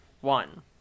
one